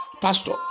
Pastor